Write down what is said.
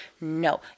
no